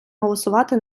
голосувати